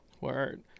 Word